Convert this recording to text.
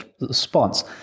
response